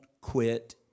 quit